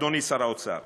אדוני שר האוצר,